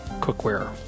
cookware